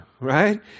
right